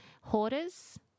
hoarders